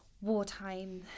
wartime